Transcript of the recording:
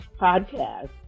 podcast